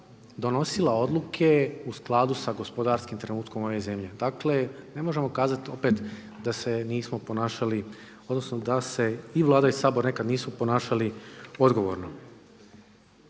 donosila odluke u skladu sa gospodarskim trenutkom ove zemlje. Dakle ne možemo kazati opet da se nismo ponašali odnosno da se i Vlada i Sabora nekada nisu ponašali odgovorno.